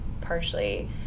partially